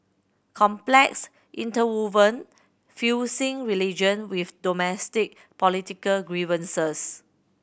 complex interwoven fusing religion with domestic political grievances